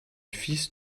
fils